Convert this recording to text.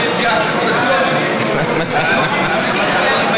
זה מה